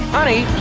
Honey